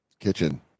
Kitchen